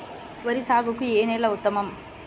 వరి సాగుకు ఏ నేల ఉత్తమం?